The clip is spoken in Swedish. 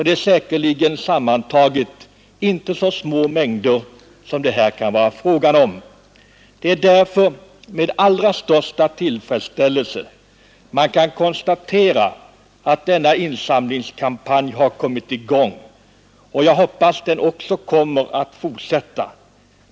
Det är säkerligen sammantaget fråga om inte så små mängder. Det är därför med allra största tillfredsställelse man kan konstatera, att denna insamlingskampanj har kommit i gång. Jag hoppas den kommer att fortsätta.